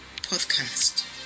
podcast